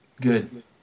Good